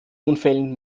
unfällen